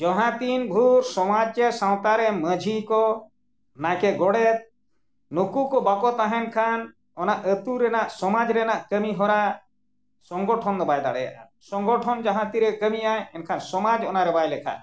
ᱡᱟᱦᱟᱸ ᱛᱤᱱ ᱵᱷᱳᱨ ᱥᱚᱢᱟᱡᱽ ᱥᱮ ᱥᱟᱶᱛᱟ ᱨᱮ ᱢᱟᱺᱡᱷᱤ ᱠᱚ ᱱᱟᱭᱠᱮ ᱜᱚᱰᱮᱛ ᱱᱩᱠᱩ ᱠᱚ ᱵᱟᱠᱚ ᱛᱟᱦᱮᱱ ᱠᱷᱟᱱ ᱚᱱᱟ ᱟᱛᱳ ᱨᱮᱱᱟᱜ ᱥᱚᱢᱟᱡᱽ ᱨᱮᱱᱟᱜ ᱠᱟᱹᱢᱤ ᱦᱚᱨᱟ ᱥᱚᱝᱜᱚᱴᱷᱚᱱ ᱫᱚ ᱵᱟᱭ ᱫᱟᱲᱮᱭᱟᱜᱼᱟ ᱥᱚᱝᱜᱚᱴᱷᱚᱱ ᱡᱟᱦᱟᱸ ᱛᱤᱨᱮ ᱠᱟᱹᱢᱤᱭᱟᱭ ᱮᱱᱠᱷᱟᱱ ᱥᱚᱢᱟᱡᱽ ᱚᱱᱟᱨᱮ ᱵᱟᱭ ᱞᱮᱠᱷᱟᱜᱼᱟ